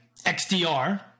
xdr